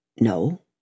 No